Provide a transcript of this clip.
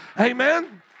Amen